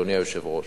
אדוני היושב-ראש,